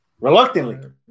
Reluctantly